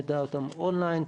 נדע אותן און-ליין,